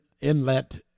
inlet